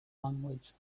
language